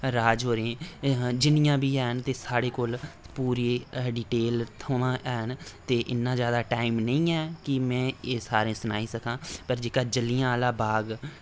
राज होरें जिन्नियां बी हैन ते साढ़े कोल पूरी डिटेल थमां हैन ते इन्ना जैदा टाइम नेईं ऐ कि में एह् सारें सनाई सकां पर जेह्का जल्लिआं आह्ला बाग